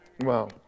Wow